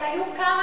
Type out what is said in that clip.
איוב קרא,